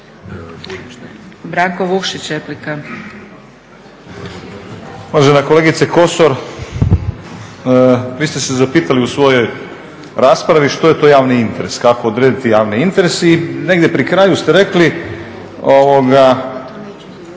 Branko (Nezavisni)** Uvažena kolegice Kosor, vi ste se zapitali u svojoj raspravi što je to javni interes, kako odrediti javni interes i negdje pri kraju ste rekli